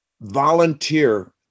volunteer